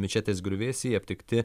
mečetės griuvėsiai aptikti